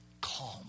calm